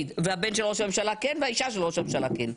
אסיר והבן של ראש הממשלה כן והאישה של ראש הממשלה כן.